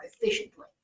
efficiently